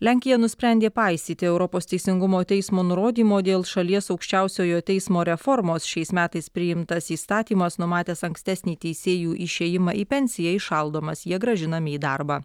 lenkija nusprendė paisyti europos teisingumo teismo nurodymo dėl šalies aukščiausiojo teismo reformos šiais metais priimtas įstatymas numatęs ankstesnį teisėjų išėjimą į pensiją įšaldomas jie grąžinami į darbą